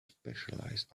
specialized